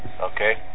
okay